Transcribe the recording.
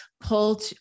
pull